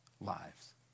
lives